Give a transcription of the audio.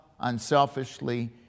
unselfishly